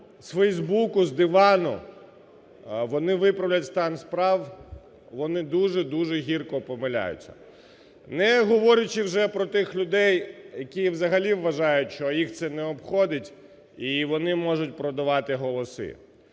з "Фейсбуку", з дивану вони виправлять стан справ, вони дуже-дуже гірко помиляються. Не говорячи вже про тих людей, які взагалі вважають, що їх це не обходить і вони можуть продавати голоси.